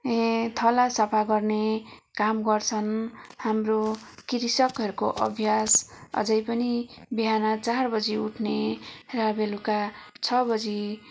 ए थला सफा गर्ने काम गर्छन् हाम्रो कृषकहरूको अभ्यास अझै पनि बिहान चार बजी उठ्ने र बेलुका छ बजी